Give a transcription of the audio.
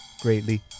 greatly